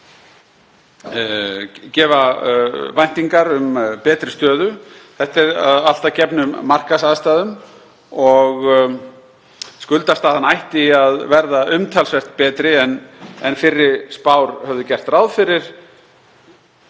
gefa væntingar um betri stöðu. Þetta er allt að gefnum markaðsaðstæðum. Skuldastaðan ætti að verða umtalsvert betri en fyrri spár höfðu gert ráð fyrir